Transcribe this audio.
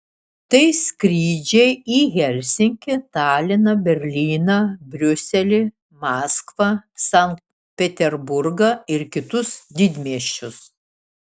tai skrydžiai į helsinkį taliną berlyną briuselį maskvą sankt peterburgą ir kitus didmiesčius